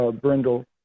brindle